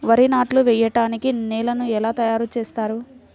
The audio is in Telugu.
వరి నాట్లు వేయటానికి నేలను ఎలా తయారు చేస్తారు?